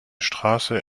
straße